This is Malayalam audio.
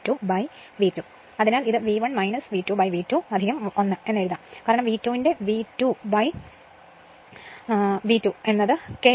അതിനാൽ ഇത് V1 V2 V2 1 എന്ന് എഴുതാം കാരണം V2 ന്റെ V2 V2 V2 1 ആണ്